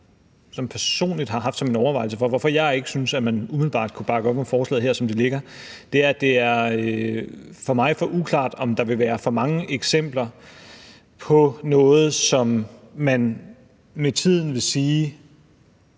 sådan personligt haft som en overvejelse, i forhold til hvorfor jeg ikke synes, at man umiddelbart kunne bakke op om forslaget her, som det ligger, at det for mig er uklart, om der vil være for mange eksempler, hvor man med tiden vil sige,